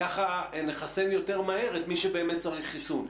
וכך נחסן יותר מהר את מי שבאמת צריך חיסון.